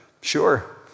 Sure